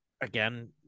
Again